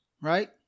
Right